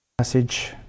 message